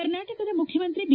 ಕರ್ನಾಟಕದ ಮುಖ್ಡಮಂತ್ರಿ ಬಿ